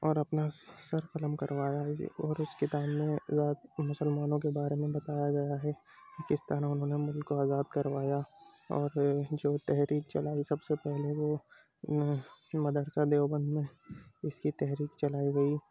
اور اپنا سر قلم کروایا اور اس کتاب میں زیادہ تر مسلمانوں کے بارے میں بتایا گیا ہے کہ کس طرح انہوں نے ملک کو آزاد کروایا اور جو تحریک چلائی سب سے پہلے وہ مدرسہ دیوبند میں اس کی تحریک چلائی گئی